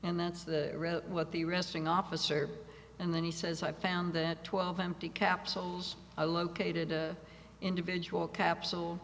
and that's the real what the resting officer and then he says i found that twelve empty capsules i located individual capsule